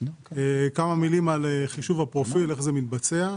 כמה מילים על חישוב הפרופיל ואיך זה מתבצע.